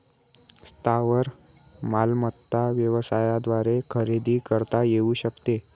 स्थावर मालमत्ता व्यवसायाद्वारे खरेदी करता येऊ शकते